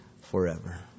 forever